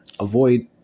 avoid